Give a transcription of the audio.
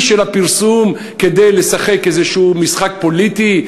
של הפרסום כדי לשחק איזשהו משחק פוליטי?